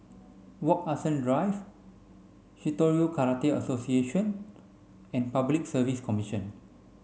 Wak Hassan Drive Shitoryu Karate Association and Public Service Commission